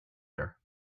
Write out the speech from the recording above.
her